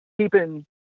keeping